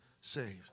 saved